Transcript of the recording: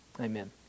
Amen